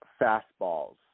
fastballs